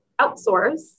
outsource